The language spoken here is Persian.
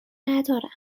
ندارم